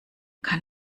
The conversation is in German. kann